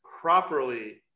properly